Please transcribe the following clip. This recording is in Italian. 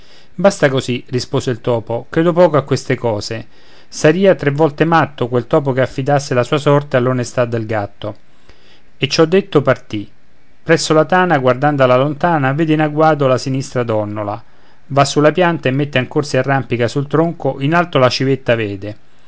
basta così rispose il topo credo poco a queste cose sarìa tre volte matto quel topo che affidasse la sua sorte all'onestà del gatto e ciò detto partì presso la tana guardando alla lontana vede in agguato la sinistra donnola va sulla pianta e mentre ancor si arrampica sul tronco in alto la civetta vede